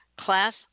Class